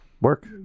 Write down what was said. Work